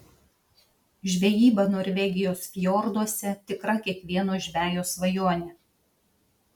žvejyba norvegijos fjorduose tikra kiekvieno žvejo svajonė